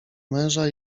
męża